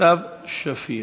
סתיו שפיר.